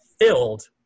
filled